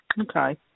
Okay